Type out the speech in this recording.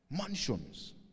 Mansions